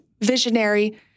visionary